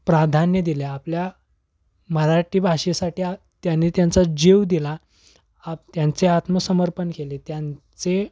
प्राधान्य दिले आपल्या मराठी भाषेसाठी त्याने त्यांचा जीव दिला आप त्यांचे आत्मसमर्पण केले त्यांचे